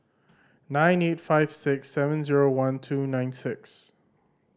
nine eight five six seven zero one two nine six